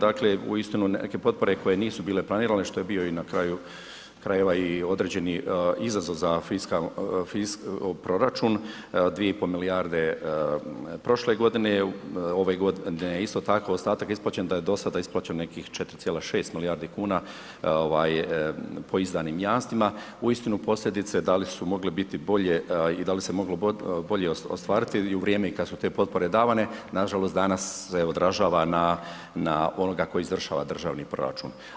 Dakle uistinu neke potpore koje nisu bile planirane što je bio na kraju krajeva i određeni izazov za proračun 2,5 milijarde prošle godine, ove godine isto tako ostatak isplaćen da je do sada isplaćeno nekih 4,6 milijardi kuna po izdanim jamstvima, uistinu posljedice da li su mogle biti i da li se moglo bolje ostvariti i u vrijeme kada su potpore davane, nažalost danas se odražava na onoga tko izvršava državni proračun.